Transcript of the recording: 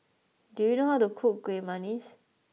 do you know how to cook kueh manggis